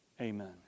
amen